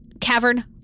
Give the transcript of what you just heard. cavern